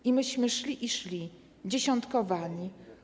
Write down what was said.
I myśmy szli i szli - dziesiątkowani!